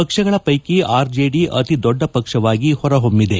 ಪಕ್ಷಗಳ ಪೈಕಿ ಆರ್ಜೆಡಿ ಅತಿ ದೊಡ್ಡ ಪಕ್ಷವಾಗಿ ಹೊರಹೊಮ್ಮಿದೆ